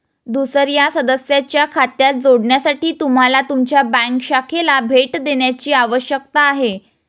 दुसर्या सदस्याच्या खात्यात जोडण्यासाठी तुम्हाला तुमच्या बँक शाखेला भेट देण्याची आवश्यकता आहे